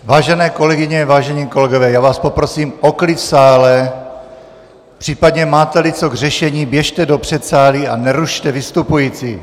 Vážené kolegyně, vážení kolegové, já vás poprosím o klid v sále, případně máteli co k řešení, běžte do předsálí a nerušte vystupující.